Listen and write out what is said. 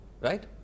right